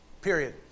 period